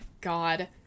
God